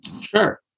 Sure